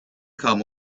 come